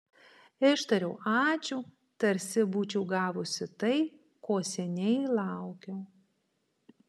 ištariau ačiū tarsi būčiau gavusi tai ko seniai laukiau